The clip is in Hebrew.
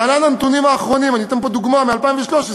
להלן הנתונים האחרונים, אני אתן פה דוגמה מ-2013,